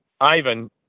Ivan